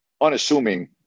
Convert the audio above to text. unassuming